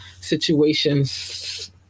situations